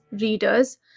readers